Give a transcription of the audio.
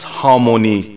harmony